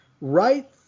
right